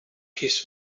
his